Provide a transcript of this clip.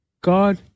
God